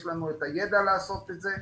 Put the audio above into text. יש לנו את הידע לעשות את זה,